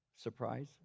Surprise